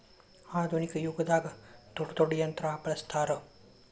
ಆದುನಿಕ ಯುಗದಾಗ ದೊಡ್ಡ ದೊಡ್ಡ ಯಂತ್ರಾ ಬಳಸ್ತಾರ